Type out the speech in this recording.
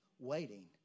waiting